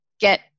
get